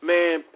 Man